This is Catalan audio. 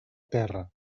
terra